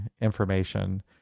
information